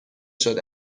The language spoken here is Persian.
شده